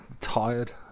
tired